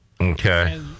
Okay